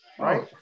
Right